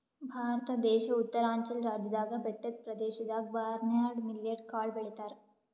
ಭಾರತ ದೇಶ್ ಉತ್ತರಾಂಚಲ್ ರಾಜ್ಯದಾಗ್ ಬೆಟ್ಟದ್ ಪ್ರದೇಶದಾಗ್ ಬರ್ನ್ಯಾರ್ಡ್ ಮಿಲ್ಲೆಟ್ ಕಾಳ್ ಬೆಳಿತಾರ್